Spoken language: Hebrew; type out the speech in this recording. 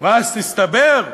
ואז יתברר